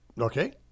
Okay